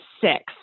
six